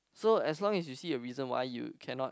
so as long as you see a reason why you cannot